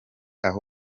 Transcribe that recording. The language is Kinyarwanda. aha